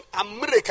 America